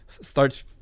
starts